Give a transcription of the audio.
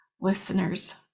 listeners